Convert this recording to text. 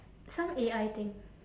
some A_I thing